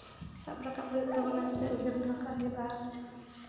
ᱥᱟᱵ ᱨᱟᱠᱟᱵ ᱦᱩᱭᱩᱜ ᱛᱟᱵᱚᱱᱟ ᱥᱮ ᱩᱭᱦᱟᱹᱨ ᱫᱚᱦᱚ ᱠᱟᱜ ᱦᱩᱭᱩᱜᱼᱟ